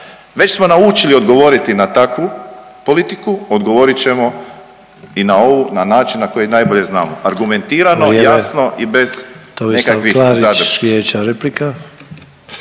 Već smo naučili odgovoriti na takvu politiku odgovorit ćemo i na ovu na način na koju najbolje znamo argumentirano …/Upadica Sanader: